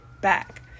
back